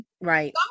right